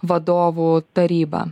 vadovų tarybą